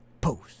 post